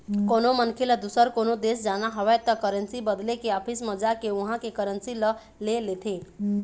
कोनो मनखे ल दुसर कोनो देश जाना हवय त करेंसी बदले के ऑफिस म जाके उहाँ के करेंसी ल ले लेथे